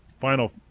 final